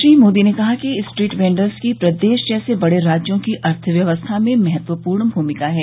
श्री मोदी ने कहा कि स्ट्रीट वेंडर्स की प्रदेश जैसे बड़े राज्यों की अर्थव्यवस्था में महत्वपूर्ण भूमिका है